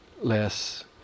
less